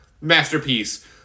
masterpiece